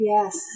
Yes